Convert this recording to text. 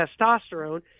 testosterone